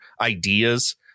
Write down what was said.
ideas